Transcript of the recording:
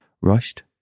rushed